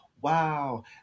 wow